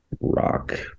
rock